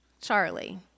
Charlie